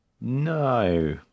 No